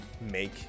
make